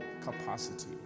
capacity